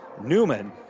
Newman